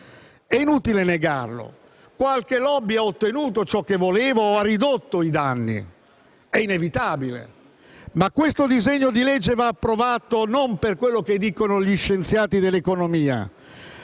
È inutile negarlo: qualche *lobby* ha ottenuto ciò che voleva o ha ridotto i danni (è inevitabile), ma questo disegno di legge va approvato non per quello che dicono gli scienziati dell'economia,